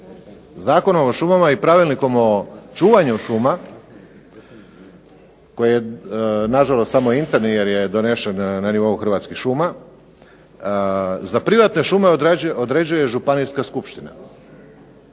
Zakonom o šumama i pravilnikom o čuvanju šuma, koji je samo interni jer je donesen na nivou Hrvatskih šuma. Za privatne šume određuje županijska skupština.